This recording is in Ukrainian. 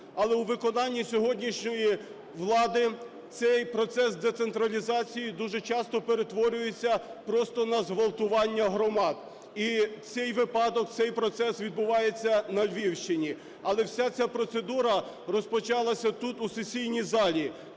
Але у виконанні сьогоднішньої влади цей процес децентралізації дуже часто перетворюється просто на зґвалтування громад. І цей випадок, цей процес відбувається на Львівщині. Але вся ця процедура розпочалася тут, у сесійній залі,